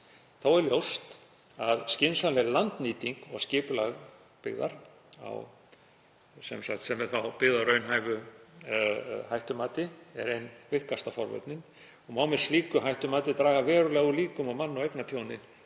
Þó er ljóst að skynsamleg landnýting og skipulag byggt á raunhæfu hættumati er ein virkasta forvörnin og má með slíku hættumati draga verulega úr líkum á mann- og eignatjóni